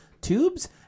Tubes